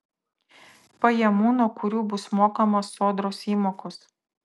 pajamų nuo kurių bus mokamos sodros įmokos